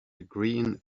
green